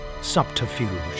Subterfuge